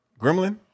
Gremlin